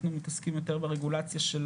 אנחנו מתעסקים יותר ברגולציה של